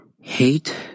hate